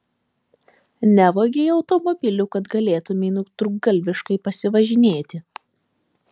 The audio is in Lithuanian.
nevogei automobilių kad galėtumei nutrūktgalviškai pasivažinėti